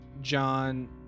John